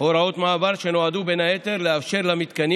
הוראות מעבר שנועדו בין היתר לאפשר למתקנים